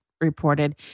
reported